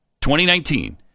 2019